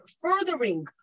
furthering